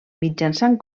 mitjançant